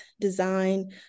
design